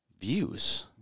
views